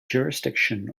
jurisdiction